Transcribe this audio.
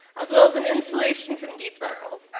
as well as an installation from deeplocal,